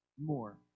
more